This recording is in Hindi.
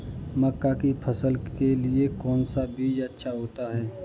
मक्का की फसल के लिए कौन सा बीज अच्छा होता है?